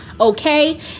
okay